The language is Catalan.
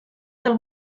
del